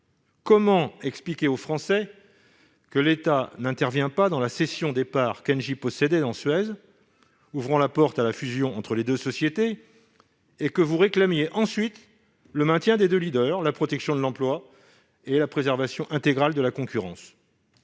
Comment expliquer aux Français que l'État n'intervienne pas dans la cession des parts qu'Engie possédait dans Suez, ouvrant ainsi la porte à la fusion des deux sociétés, et que le Gouvernement réclame ensuite le maintien des deux leaders, la protection de l'emploi et la préservation intégrale de la concurrence ?